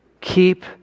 Keep